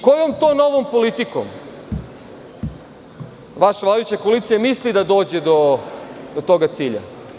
Kojom to novom politikom vaša vladajuća koalicija misli da dođe do tog cilja?